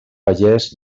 pagès